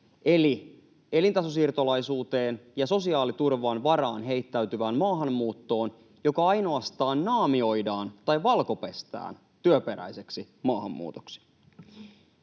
eli elintasosiirtolaisuuteen ja sosiaaliturvan varaan heittäytyvään maahanmuuttoon, joka ainoastaan naamioidaan tai valkopestään työperäiseksi maahanmuutoksi.